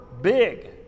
big